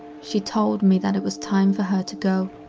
she told me that it was time for her to go,